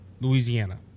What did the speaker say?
Louisiana